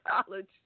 college